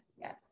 yes